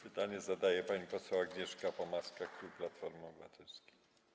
Pytanie zadaje pani poseł Agnieszka Pomaska, klub Platformy Obywatelskiej.